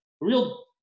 real